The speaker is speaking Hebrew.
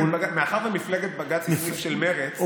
מאחר שמפלגת בג"ץ היא סוג של מרצ,